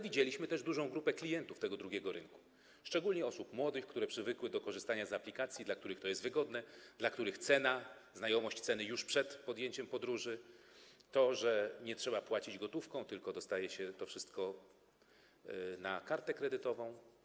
Widzieliśmy też dużą grupę klientów tego drugiego rynku, szczególnie osób młodych, które przywykły do korzystania z aplikacji, dla których to jest wygodne, dla których ważne jest to, iż zna się cenę już przed rozpoczęciem podróży, że nie trzeba płacić gotówką, tylko obsługuje się to wszystko kartą kredytową.